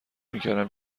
میکردم